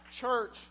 church